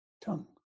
tongue